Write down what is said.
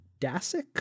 Dasik